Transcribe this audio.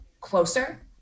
closer